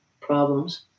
problems